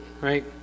right